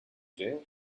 jail